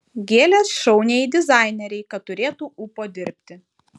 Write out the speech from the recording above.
gėlės šauniajai dizainerei kad turėtų ūpo dirbti